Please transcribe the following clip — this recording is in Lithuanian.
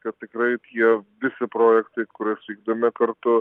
kad tikrai tie visi projektai kuriuos vykdome kartu